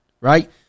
right